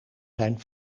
zijn